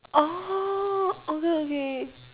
orh okay okay